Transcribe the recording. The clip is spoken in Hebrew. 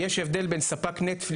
יש הבדל בין נטפליקס,